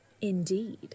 Indeed